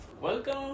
welcome